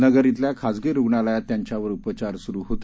नगर इथल्या खासगी रुग्णालयात त्यांच्यावर उपचार सुरु होते